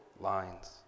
lines